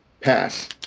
pass